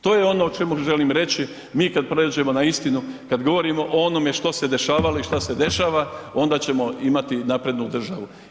To je ono o čemu želim reći, mi kad pređeno na istinu, kad govorimo o onome što se dešavalo i što se dešava, onda ćemo imati naprednu državu.